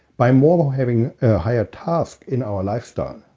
by more having a higher task in our lifestyle,